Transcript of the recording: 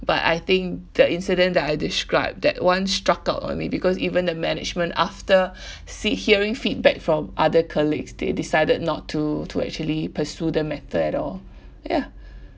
but I think the incident that I described that one struck out on me because even the management after see hearing feedback from other colleagues they decided not to to actually pursue the matter at all ya